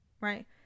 right